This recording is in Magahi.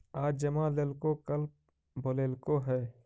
आज जमा लेलको कल बोलैलको हे?